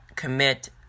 Commit